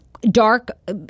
dark